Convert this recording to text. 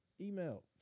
email